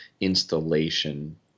installation